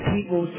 People